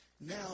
Now